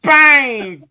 Bang